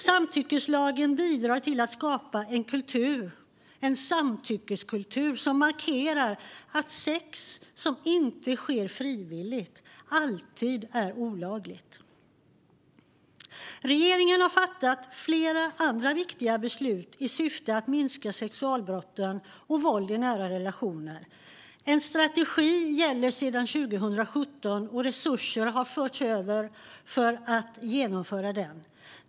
Samtyckeslagen bidrar till att skapa en kultur, en samtyckeskultur, som markerar att sex som inte sker frivilligt alltid är olagligt. Regeringen har fattat flera andra viktiga beslut i syfte att minska sexualbrotten och våld i nära relationer. Sedan 2017 gäller en strategi, och resurser har förts över för att genomföra den.